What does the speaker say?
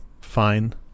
fine